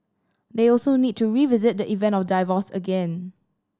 they also need to revisit the event of divorce again